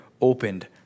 opened